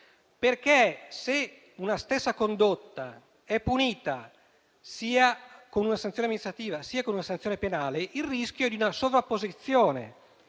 perché se una stessa condotta è punita sia con una sanzione amministrativa, sia con una sanzione penale, il rischio è quello di una sovrapposizione